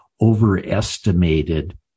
overestimated